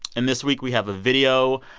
and this week, we have a video.